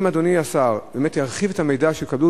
אם אדוני השר באמת ירחיב את המידע שכלול,